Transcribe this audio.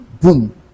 boom